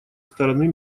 стороны